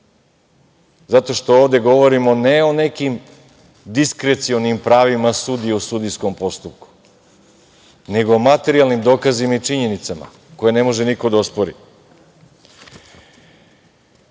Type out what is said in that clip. zato što ovde govorimo, ne o nekim diskrecionim pravima sudija u sudijskom postupku, nego o materijalnim dokazima i činjenicama koje ne može niko da ospori. Tu